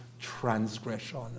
transgression